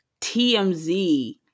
TMZ